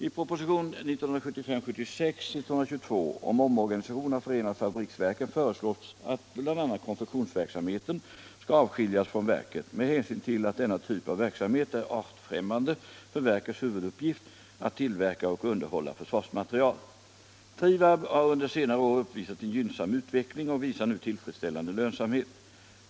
I proposition 1975/76:122 om omorganisation av förenade fabriksverken föreslås att bl.a. konfektionsverksamheten skall avskiljas från verket med hänsyn till att denna typ av verksamhet är artfrämmande för verkets huvuduppgift att tillverka och underhålla försvarsmaterial. Trivab har under senare år uppvisat en gynnsam utveckling och visar nu tillfredsställande lönsamhet.